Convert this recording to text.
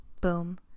Boom